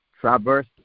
traverse